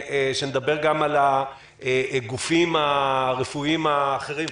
שנדבר גם על הגופים הרפואיים האחרים,